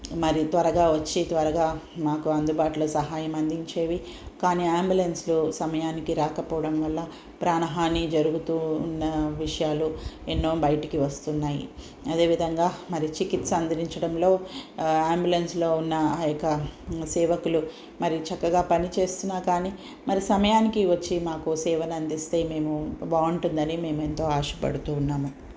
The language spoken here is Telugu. మరీ త్వరగా వచ్చి త్వరగా మాకు అందుబాటులో సహాయం అందించేవి కానీ అంబులెన్స్లు సమయానికి రాకపోవడం వల్ల ప్రాణహాని జరుగుతూ ఉన్న విషయాలు ఎన్నో బైటికి వస్తున్నాయి అదే విధంగా మరి చికిత్స అందించడంలో అంబులెన్స్లో ఉన్న ఆ యొక్క సేవకులు మరీ చక్కగా పనిచేస్తున్నా కానీ మరీ సమయానికి వచ్చి మాకు సేవలందిస్తే మేము బాగుంటుందని మేము ఎంతో ఆశపడుతూ ఉన్నాము